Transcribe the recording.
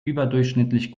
überdurchschnittlich